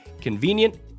convenient